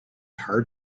hard